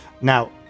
Now